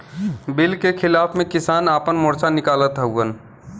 bill के खिलाफ़ में किसान आपन मोर्चा निकालत हउवन